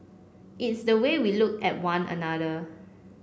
it's the way we look at one another